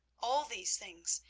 all these things,